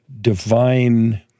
divine